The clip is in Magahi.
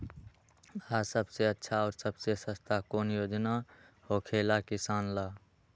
आ सबसे अच्छा और सबसे सस्ता कौन योजना होखेला किसान ला?